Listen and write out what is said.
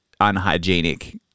unhygienic